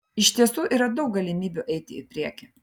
iš tiesų yra daug galimybių eiti į priekį